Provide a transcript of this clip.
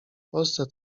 polsce